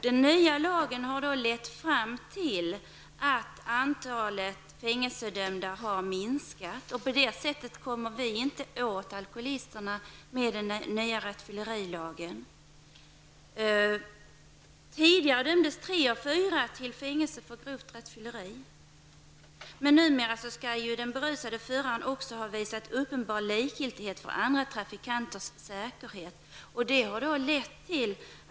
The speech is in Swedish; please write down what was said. Den nya lagen har lett fram till att antalet fängelsedömda har minskat. På så vis kan man inte komma åt alkoholisterna med den nya rattfyllerilagen. Tidigare dömdes tre av fyra till fängelse för grovt rattfylleri. Numera skall den berusade förare också ha visat uppenbar likgiltighet för andra trafikanters säkerhet.